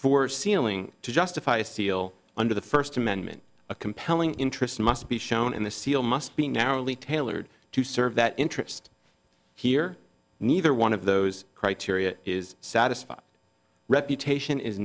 for sealing to justify a seal under the first amendment a compelling interest must be shown in the seal must be narrowly tailored to serve that interest here neither one of those criteria is satisfied reputation is